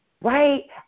right